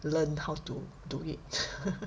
to learn how to do it